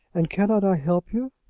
and cannot i help you?